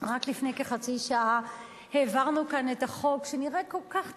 רק לפני כחצי שעה העברנו כאן את החוק שנראה כל כך טריוויאלי,